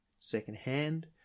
secondhand